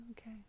Okay